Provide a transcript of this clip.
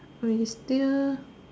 we still